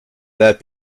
that